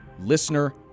listener